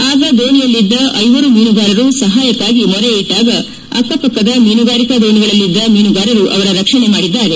ಆಗ ದೋಣಿಯಲ್ಲಿದ್ದ ಐವರು ಮೀನುಗಾರರು ಸಹಾಯಕ್ಕಾಗಿ ಮೊರೆ ಇಟ್ಲಾಗ ಅಕ್ಷಪಕ್ಕದ ಮೀನುಗಾರಿಕಾ ದೋಣಿಗಳಲ್ಲಿದ್ದ ಮೀನುಗಾರರು ಅವರ ರಕ್ಷಣೆ ಮಾಡಿದ್ದಾರೆ